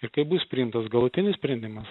ir kai bus priimtas galutinis sprendimas